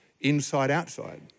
inside-outside